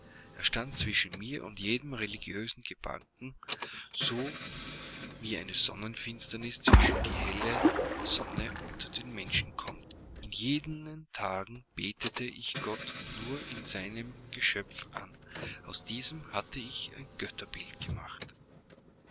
er stand zwischen mir und jedem religiösen gedanken so wie eine sonnenfinsternis zwischen die helle sonne und den menschen kommt in jenen tagen betete ich gott nur in seinem geschöpf an aus diesem hatte ich ein götterbild gemacht